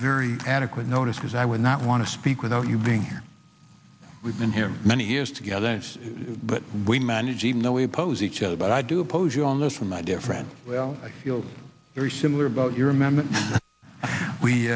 very adequate notice because i would not want to speak without you being here we've been here for many years together yes but we manage even though we oppose each other but i do oppose you on this from my dear friend well i feel very similar about you remember we